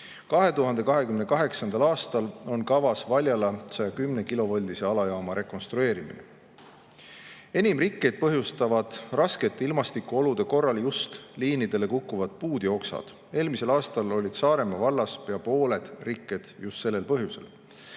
2028. aastal on kavas Valjala 110-kilovoldise alajaama rekonstrueerimine. Enim rikkeid põhjustavad raskete ilmastikuolude korral just liinidele kukkuvad puud ja oksad. Eelmisel aastal olid Saaremaa vallas pea pooled rikked just sellel põhjusel.